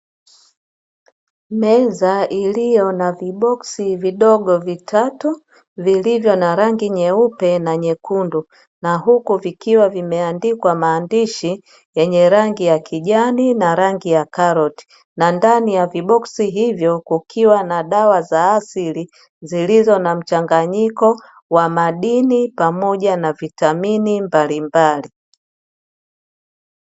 Meza iliyo na viboksi vidogo vitatu, vilivyo na rangi nyeupe na nyekundu, na huku vikiwa vimeandikwa maandishi yenye rangi ya kijani na rangi ya karoti, na ndani ya viboksi hivyo kukiwa na dawa za asili, zilizo na mchanganyiko wa madini pamoja na vitamini mbalimbali.